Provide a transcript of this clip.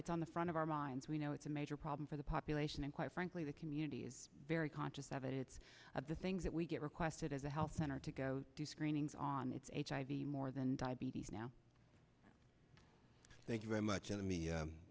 it's on the front of our minds we know it's a major problem for the population and quite frankly the community is very conscious of it of the things that we get requested as a health center to go do screenings on it's hiv more than diabetes now thank you very much enemy